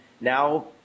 Now